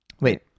Wait